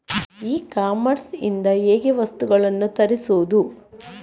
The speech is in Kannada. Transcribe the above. ಇ ಕಾಮರ್ಸ್ ಇಂದ ಹೇಗೆ ವಸ್ತುಗಳನ್ನು ತರಿಸುವುದು?